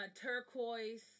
turquoise